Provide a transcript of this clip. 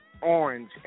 Orange